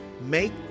Make